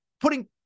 putting